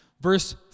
Verse